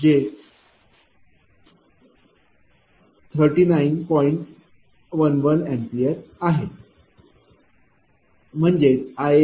11 A आहे म्हणजेच I193